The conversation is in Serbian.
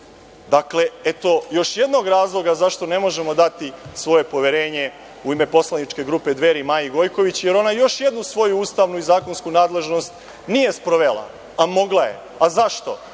eto, još jednog razloga zašto ne možemo dati svoje poverenje u ime poslaničke grupe Dveri Maji Gojković, jer ona još jednu svoju ustavnu i zakonsku nadležnost nije sprovela, a mogla je. Zašto?